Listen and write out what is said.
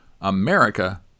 America